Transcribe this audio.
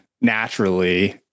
naturally